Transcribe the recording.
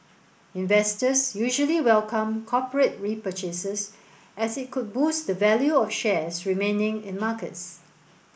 investors usually welcome corporate repurchases as it could boost the value of shares remaining in markets